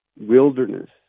wilderness